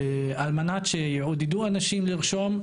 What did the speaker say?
על מנת שיעודדו אנשים לרשום,